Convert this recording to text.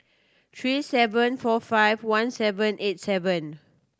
three seven four five one seven eight seven